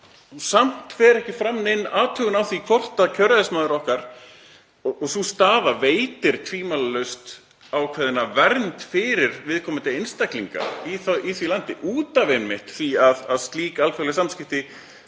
Samt fer ekki fram nein athugun á því varðandi kjörræðismann okkar og sú staða veitir tvímælalaust ákveðna vernd fyrir viðkomandi einstaklinga í því landi út af einmitt því að slík alþjóðleg samskipti